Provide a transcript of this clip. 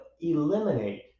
eliminate